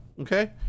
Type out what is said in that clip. Okay